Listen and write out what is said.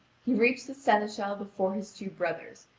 he reached the seneschal before his two brothers,